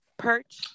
Perch